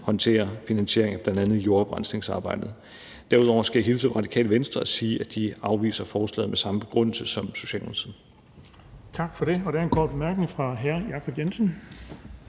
håndterer finansiering af bl.a. jordoprensningsarbejdet. Derudover skal jeg hilse fra Radikale Venstre og sige, at de afviser forslaget med samme begrundelse som Socialdemokratiet.